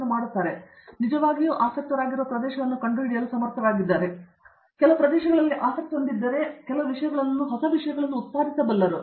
ಅನ್ನು ಮಾಡುತ್ತಾರೆ ಅವರು ನಿಜವಾಗಿಯೂ ಆಸಕ್ತರಾಗಿರುವ ಪ್ರದೇಶವನ್ನು ಕಂಡುಹಿಡಿಯಲು ಸಮರ್ಥರಾಗಿದ್ದಾರೆ ಅವರು ನಿಜವಾಗಿಯೂ ಕೆಲವು ಪ್ರದೇಶಗಳಲ್ಲಿ ಆಸಕ್ತಿ ಹೊಂದಿದ್ದರೆ ಅವರು ಕೆಲವು ಹೊಸ ವಿಷಯಗಳನ್ನು ಉತ್ಪಾದಿಸಬಲ್ಲರು